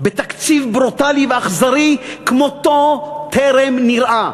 בתקציב ברוטלי ואכזרי שכמותו טרם נראה.